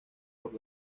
por